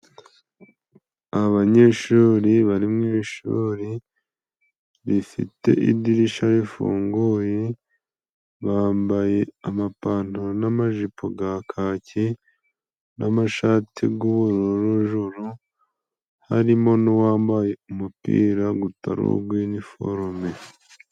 Abanyeshuri bari mu ishuri rifite idirisha rifunguye, bambaye amapantaro n'amajipo ga kaki n'amashati g'ubururu juru, harimo n'uwambaye umupira gutari ugw'iniforume.